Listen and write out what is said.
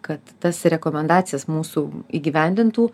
kad tas rekomendacijas mūsų įgyvendintų